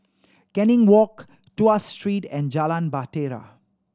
Canning Walk Tuas Street and Jalan Bahtera